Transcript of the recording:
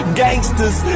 gangsters